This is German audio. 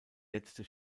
letzte